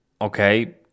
okay